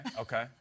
okay